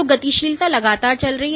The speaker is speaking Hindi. तो गतिशीलता लगातार चल रही है